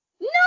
No